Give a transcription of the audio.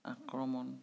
আক্ৰমণ